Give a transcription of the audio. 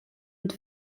und